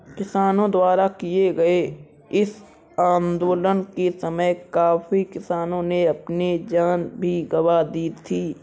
किसानों द्वारा किए गए इस आंदोलन के समय काफी किसानों ने अपनी जान भी गंवा दी थी